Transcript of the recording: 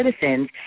citizens